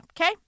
Okay